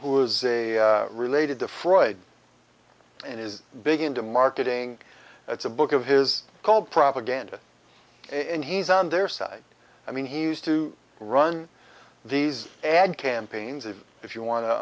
who is a related to froid and is begin to marketing it's a book of his called propaganda and he's on their side i mean he used to run these ad campaigns of if you want to